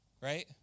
right